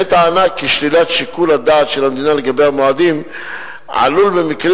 בטענה כי שלילת שיקול הדעת של המדינה לגבי המועדים עלול במקרים